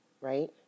right